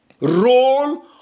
Role